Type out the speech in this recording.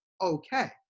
okay